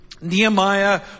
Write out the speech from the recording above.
Nehemiah